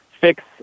fix